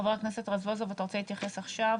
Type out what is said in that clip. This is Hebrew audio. חבר הכנסת רזבוזוב, בבקשה.